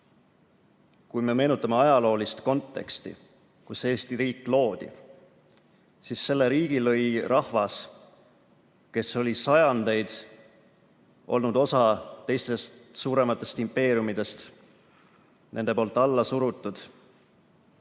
Kui me meenutame ajaloolist konteksti, kus Eesti riik loodi, siis saame öelda, et selle riigi lõi rahvas, kes oli sajandeid olnud osa teistest, suurematest impeeriumidest, nende poolt alla surutud,